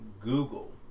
Google